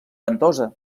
ventosa